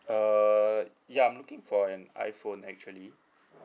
err ya I'm looking for an iPhone actually